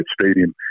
stadium